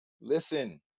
listen